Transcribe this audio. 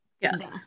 yes